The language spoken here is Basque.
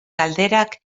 galderak